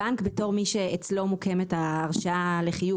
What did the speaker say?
הבנק בתור מי שאצלו מוקמת ההרשאה לחיוב